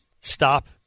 stop